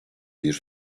bir